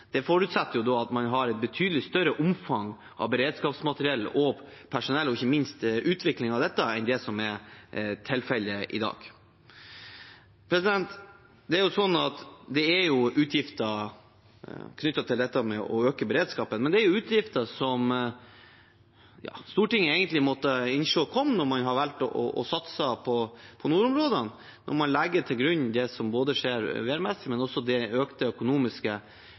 Det forutsetter at man har betydelig større omfang av beredskapsmateriell og -personell og ikke minst utvikling av dette enn det som er tilfellet i dag. Det er jo sånn at det er utgifter knyttet til det å øke beredskapen, men det er utgifter som Stortinget egentlig måtte innse kom når man har valgt å satse på nordområdene. Når man legger til grunn det som skjer værmessig, men også de økte økonomiske